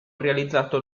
realizzato